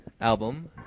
album